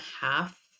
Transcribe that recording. half